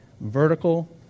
Vertical